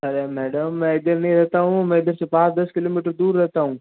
अरे मैडम मैं इधर नहीं रहता हूँ मैं इधर से पाँच दस किलोमीटर दूर रहता हूँ